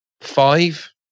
five